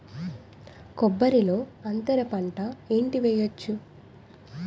కొబ్బరి లో అంతరపంట ఏంటి వెయ్యొచ్చు?